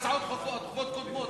ההצעות הדחופות קודמות,